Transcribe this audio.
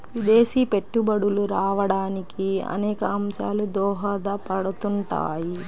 విదేశీ పెట్టుబడులు రావడానికి అనేక అంశాలు దోహదపడుతుంటాయి